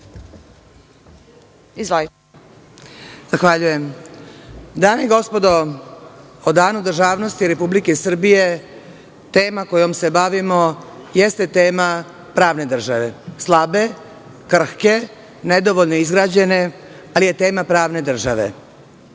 Zahvaljujem. Dame i gospodo, o Danu državnosti Republike Srbije tema kojom se bavimo jeste tema pravne države, slabe, krhke, nedovoljno izgrađene, ali je tema pravne države.